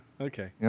okay